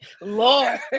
Lord